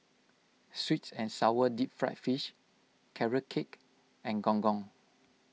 Sweet and Sour Deep Fried Fish Carrot Cake and Gong Gong